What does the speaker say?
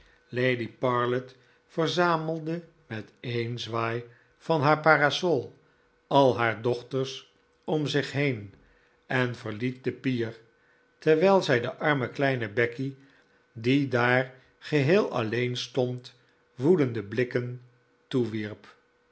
lady partlet verzamelde met een zwaai van haar parasol al haar dochters om zich heen en verliet de pier terwijl zij de arme kleine becky die daar geheel alleen stond woedende blikken toewierp